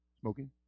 smoking